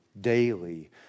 daily